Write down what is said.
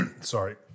sorry